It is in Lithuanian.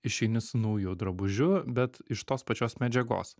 išeini su nauju drabužiu bet iš tos pačios medžiagos